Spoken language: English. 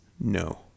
no